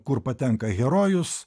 kur patenka herojus